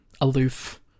aloof